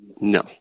No